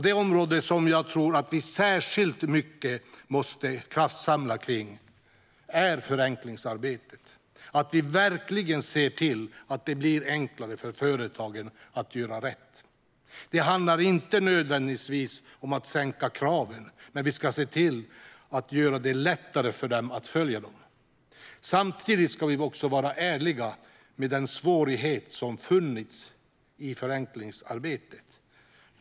Det område som jag tror att vi måste kraftsamla särskilt mycket kring är förenklingsarbetet. Vi måste verkligen se till att det blir enklare för företagen att göra rätt. Det handlar inte nödvändigtvis om att sänka kraven, men vi ska se till att göra det lättare för företagen att följa dem. Samtidigt ska vi också vara ärliga med den svårighet som funnits i förenklingsarbetet.